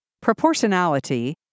Proportionality